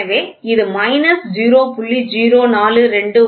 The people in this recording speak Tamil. எனவே இது மைனஸ் 0